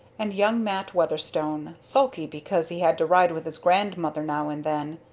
and young mat weatherstone, sulky because he had to ride with his grandmother now and then.